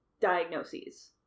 diagnoses